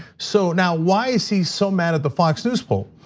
so now, why is he so mad at the fox news poll?